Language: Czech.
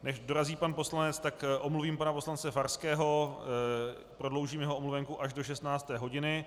Než dorazí pan poslanec, tak omluvím pana poslance Farského prodloužím jeho omluvenku až do 16. hodiny.